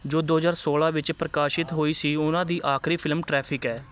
ਜੋ ਦੋ ਹਜ਼ਾਰ ਸੋਲ੍ਹਾਂ ਵਿੱਚ ਪ੍ਰਕਾਸ਼ਿਤ ਹੋਈ ਸੀ ਉਹਨਾਂ ਦੀ ਆਖਰੀ ਫਿਲਮ ਟ੍ਰੈਫਿਕ ਹੈ